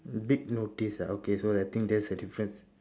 big notice ah okay so I think that's a difference